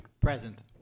Present